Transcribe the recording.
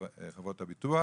חברות הביטוח